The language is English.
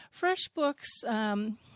FreshBooks